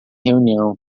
reunião